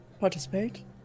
participate